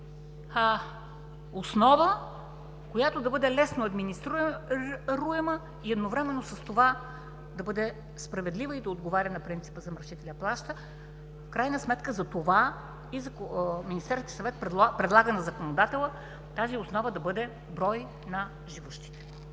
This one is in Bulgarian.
основа, която да бъде лесна за администриране и едновременно с това справедлива и да отговаря на принципа „Замърсителят плаща“. В крайна сметка и затова Министерският съвет предлага на законодателя тази основа да бъде брой на живущите.